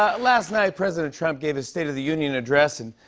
ah last night, president trump gave his state of the union address. and,